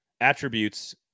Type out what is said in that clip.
attributes